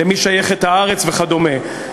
למי שייכת הארץ וכדומה.